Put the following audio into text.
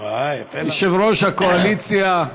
יושב-ראש הקואליציה.